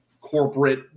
corporate